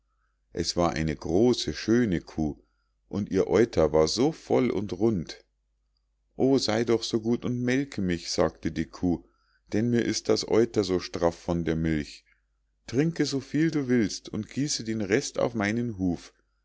es war eine große schöne kuh und ihr euter war so voll und rund o sei doch so gut und melke mich sagte die kuh denn mir ist das euter so straff von der milch trinke so viel du willst und gieße den rest auf meinen huf